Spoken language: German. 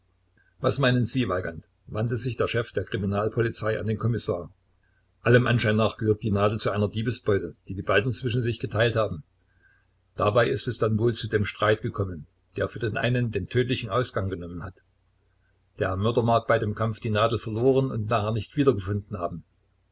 was meinen sie weigand wandte sich der chef der kriminalpolizei an den kommissar allem anschein nach gehörte die nadel zu einer diebesbeute die die beiden zwischen sich geteilt haben dabei ist es dann wohl zu dem streit gekommen der für den einen den tödlichen ausgang genommen hat der mörder mag bei dem kampf die nadel verloren und nachher nicht wiedergefunden haben